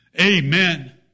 Amen